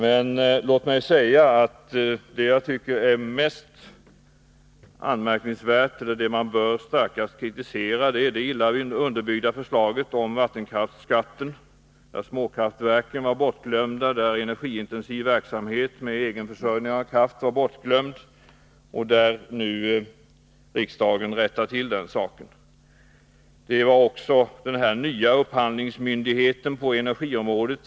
Men låt mig säga att jag tycker att det man starkast bör kritisera är det illa underbyggda förslaget om vattenkraftsskatten, där småkraftverken var bortglömda, där energiintensiv verksamhet med egenförsörjning av kraft var bortglömd. Riksdagen rättar nu till den saken. Det gäller också den nya upphandlingsmyndigheten på energiområdet.